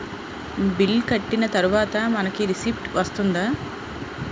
Bill కట్టిన తర్వాత మనకి రిసీప్ట్ వస్తుందా?